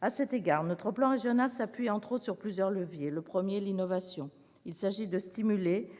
À cet égard, notre plan régional s'appuie, entre autres, sur plusieurs leviers. Il s'agit, tout d'abord, de stimuler